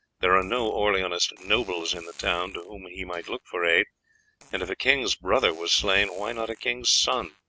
there are no orleanist nobles in the town to whom he might look for aid and if a king's brother was slain, why not a king's son?